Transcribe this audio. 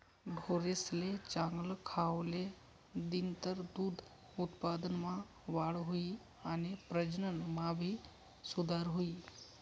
ढोरेसले चांगल खावले दिनतर दूध उत्पादनमा वाढ हुई आणि प्रजनन मा भी सुधार हुई